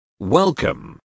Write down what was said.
Welcome